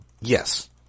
Yes